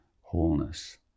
wholeness